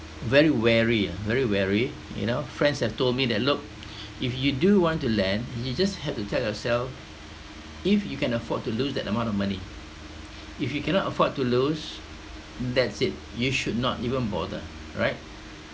very wary ah very wary you know friends have told me that look if you do want to lend you just have to tell yourself if you can afford to lose that amount of money if you cannot afford to lose that's it you should not even bother right